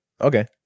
Okay